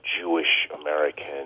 Jewish-American